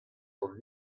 hon